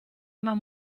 immer